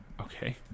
Okay